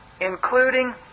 including